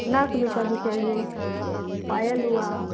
नाक में का भी चाहिए पायल हुआ